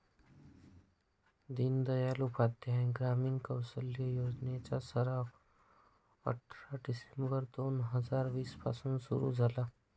दीनदयाल उपाध्याय ग्रामीण कौशल्य योजने चा सराव अठरा डिसेंबर दोन हजार वीस पासून सुरू झाला